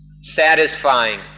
satisfying